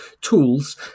tools